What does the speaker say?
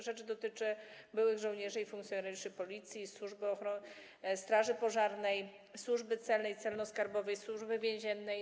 Rzecz dotyczy byłych żołnierzy i funkcjonariuszy Policji, straży pożarnej, Służby Celnej, Służby Celno-Skarbowej, Służby Więziennej.